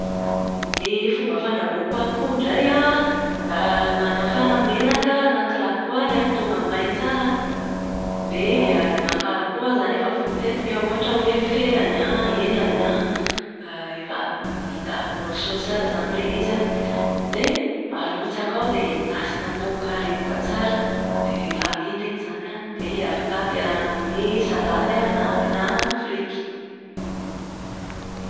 Ny fomba fandrahoako akoho indray an, manafana menaka anaty lapoaly atao mahamay tsara an, dia maka akoho aho izany an, efa voatetika ohatra hoe feany an, elany an, efa vita morso tsara izany ilay izy an. Dia arotsaka ao dia endasina atao mikarepoka tsara. Dia rehefa mendy iny izany an, dia afaka ampiarahana amin'ny salady a na ampiarahana amin'ny frity.